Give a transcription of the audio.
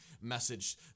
message